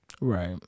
right